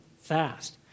fast